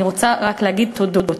אני רוצה רק להגיד תודות: